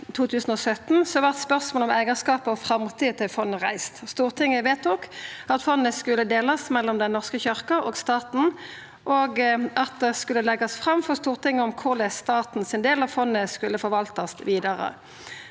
vart spørsmålet om eigarskapen og framtida til fondet reist. Stortinget vedtok at fondet skulle delast mellom Den norske kyrkja og staten, og at det skulle leggjast fram for Stortinget korleis staten sin del av fondet skulle forvaltast vidare.